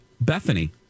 Bethany